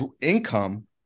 income